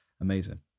Amazing